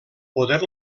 poder